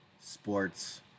sports